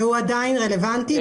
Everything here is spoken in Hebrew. והוא עדיין רלוונטי.